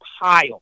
pile